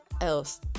else